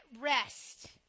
rest